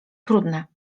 trudne